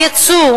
הייצור,